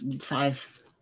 Five